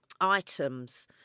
items